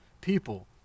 people